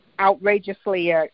outrageously